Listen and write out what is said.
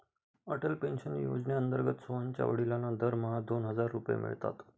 Atal pension योजनेअंतर्गत सोहनच्या वडिलांना दरमहा दोन हजार रुपये मिळतात